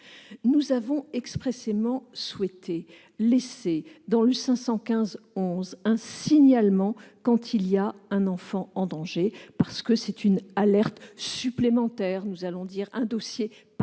Nous avons expressément souhaité laisser dans l'article 515-11 un signalement quand il y a un enfant en danger, parce que c'est une alerte supplémentaire, un signalement tout particulier